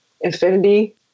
infinity